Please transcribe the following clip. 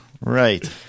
right